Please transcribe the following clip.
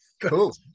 Cool